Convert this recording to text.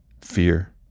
fear